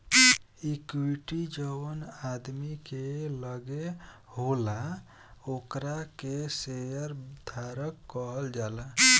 equity जवन आदमी के लगे होला ओकरा के शेयर धारक कहल जाला